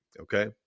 Okay